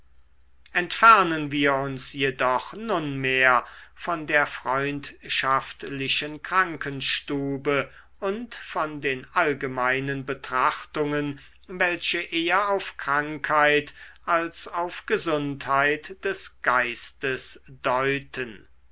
entfernen wir uns jedoch nunmehr von der freundschaftlichen krankenstube und von den allgemeinen betrachtungen welche eher auf krankheit als auf gesundheit des geistes deuten